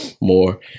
more